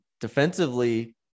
defensively